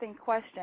question